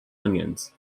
onions